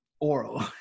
oral